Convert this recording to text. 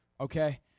okay